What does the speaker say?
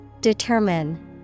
Determine